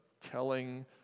telling